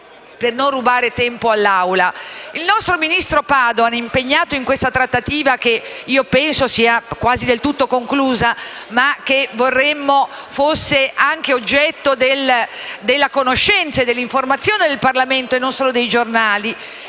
Il nostro ministro Padoan, impegnato in questa trattativa che penso sia quasi del tutto conclusa, ma che vorremmo fosse oggetto anche della conoscenza e dell'informazione del Parlamento e non solo dei giornali,